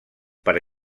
per